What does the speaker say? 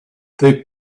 they